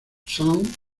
sun